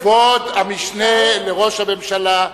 כבוד המשנה לראש הממשלה,